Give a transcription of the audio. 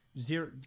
Zero